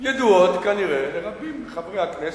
ידועות כנראה לרבים מחברי הכנסת,